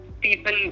people